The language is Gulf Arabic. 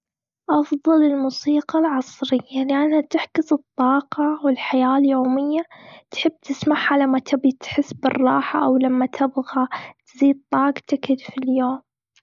أفضل الموسيقى العصرية. لإنها تعكس الطاقة والحياة اليومية. تحب تسمعها، لما تبي تحس بالراحة، أو لما تبغى تزيد طاقتك في اليوم.